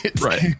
Right